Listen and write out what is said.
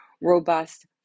robust